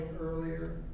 earlier